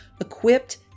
equipped